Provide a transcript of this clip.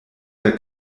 der